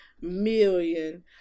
million